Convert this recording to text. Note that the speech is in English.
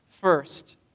first